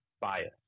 bias